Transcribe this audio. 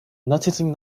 noticing